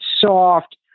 soft